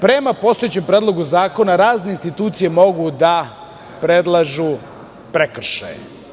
Prema postojećem Predlogu zakona, razne institucije mogu da predlažu prekršaje.